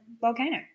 volcano